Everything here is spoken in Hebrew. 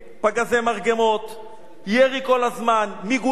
פגזי מרגמות, ירי כל הזמן, מיגוניות.